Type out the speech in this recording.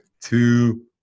two